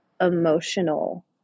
emotional